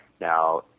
Now